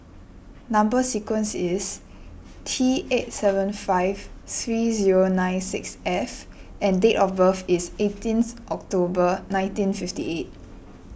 Number Sequence is T eight seven five three zero nine six F and date of birth is eighteenth October nineteen fifty eight